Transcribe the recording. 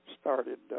started